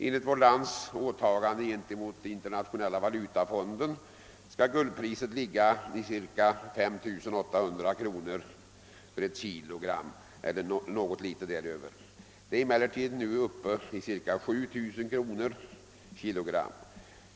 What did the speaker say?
Enligt vårt lands åtagande gentemot internationella valutafonden skall guldpriset ligga omkring 5800 kronor per kilogram eller något litet däröver. Priset är emellertid nu uppe i cirka 7 000 kronor per kilogram.